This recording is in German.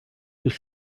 ist